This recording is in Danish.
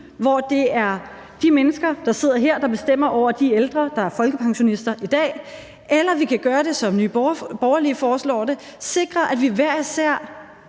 hvor det er de mennesker, der sidder her, der bestemmer over de ældre, der er folkepensionister i dag, eller man kan gøre det, som Nye Borgerlige foreslår det, altså at sikre, at hver især